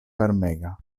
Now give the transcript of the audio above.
varmega